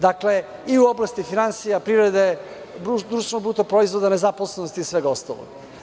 Dakle, u oblasti finansija, privrede, BDP, nezaposlenosti i svega ostalog.